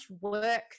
work